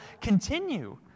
continue